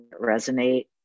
resonate